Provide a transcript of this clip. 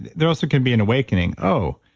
there also can be an awakening, oh,